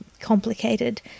complicated